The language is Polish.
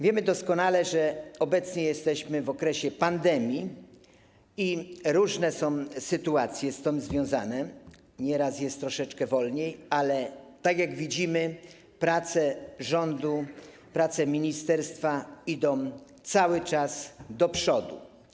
Wiemy doskonale, że obecnie jesteśmy w okresie pandemii i różne są sytuacje z tym związane, nieraz jest troszeczkę wolniej, ale jak widzimy, prace rządu, prace ministerstwa idą cały czas do przodu.